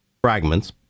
fragments